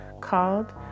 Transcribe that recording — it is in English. called